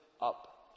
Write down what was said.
up